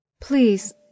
Please